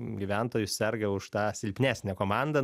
gyventojų serga už tą silpnesnę komandą